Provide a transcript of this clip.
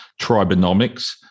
tribonomics